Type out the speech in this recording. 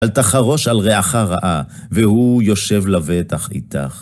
על תחרוש על רעך רעה, והוא יושב לבטח איתך.